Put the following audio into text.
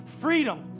freedom